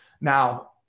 Now